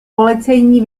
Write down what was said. policejní